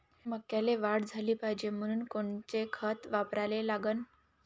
मक्याले वाढ झाली पाहिजे म्हनून कोनचे खतं वापराले लागन?